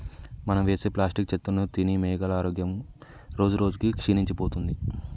మనం వేసే ప్లాస్టిక్ చెత్తను తిని మేకల ఆరోగ్యం రోజురోజుకి క్షీణించిపోతుంది